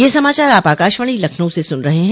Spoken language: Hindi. ब्रे क यह समाचार आप आकाशवाणी लखनऊ से सुन रहे हैं